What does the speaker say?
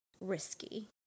risky